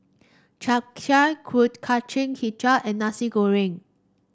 Chap Chai Kuih Kacang hijau and Nasi Goreng